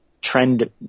trend